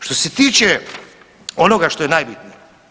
Što se tiče onoga što je najbitnije.